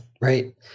Right